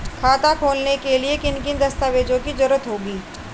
खाता खोलने के लिए किन किन दस्तावेजों की जरूरत होगी?